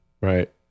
right